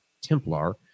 Templar